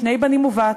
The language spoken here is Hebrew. שני בנים ובת,